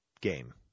game